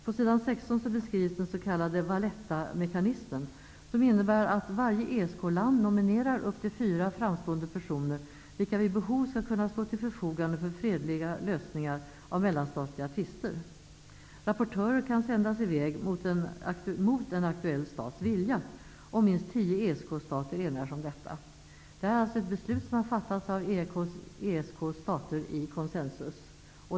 På s. 16 beskrivs den s.k. land nominerar upp till fyra framstående personer, vilka vid behov skall kunna stå till förfogande för fredliga lösningar av mellanstatliga tvister. Rapportörer kan sändas i väg mot en aktuell stats vilja, om minst tio ESK-stater enar sig om detta. Det är alltså ett beslut som fattats av ESK:s stater i konsensus.